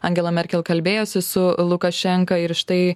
angela merkel kalbėjosi su lukašenka ir štai